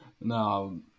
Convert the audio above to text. No